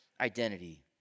identity